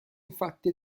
infatti